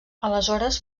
aleshores